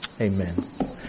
Amen